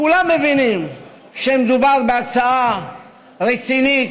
כולם מבינים שמדובר בהצעה רצינית,